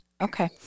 Okay